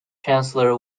chancellor